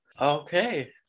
Okay